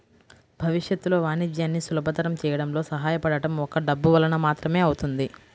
భవిష్యత్తులో వాణిజ్యాన్ని సులభతరం చేయడంలో సహాయపడటం ఒక్క డబ్బు వలన మాత్రమే అవుతుంది